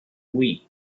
wii